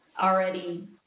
already